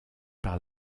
par